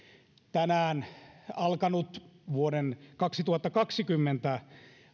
tänään alkanut vuoden kaksituhattakaksikymmentä